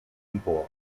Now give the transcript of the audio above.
empor